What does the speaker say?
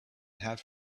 have